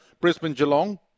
Brisbane-Geelong